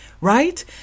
right